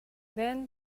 then